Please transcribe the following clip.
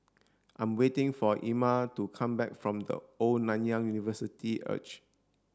I'm waiting for Erma to come back from The Old Nanyang University Arch